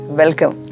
welcome